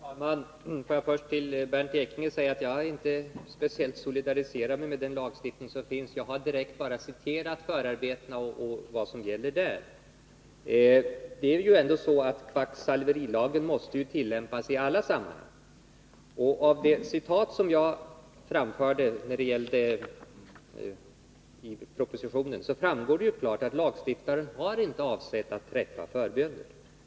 Herr talman! Får jag först säga till Bernt Ekinge att jag inte speciellt solidariserar mig med den lagstiftning som finns. Jag har bara direkt citerat förarbetena och vad som gäller därvidlag. Det är ju ändå så att kvacksalverilagen måste tillämpas i alla sammanhang. Av mitt citat ur propositionen framgår det ju klart att lagstiftaren inte har avsett att träffa förbönen.